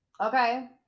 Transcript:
Okay